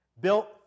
Built